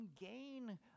gain